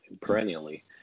perennially